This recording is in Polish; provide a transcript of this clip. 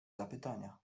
zapytania